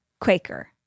Quaker